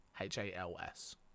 h-a-l-s